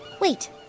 Wait